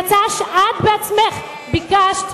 שהיא הצעה שאת עצמך ביקשת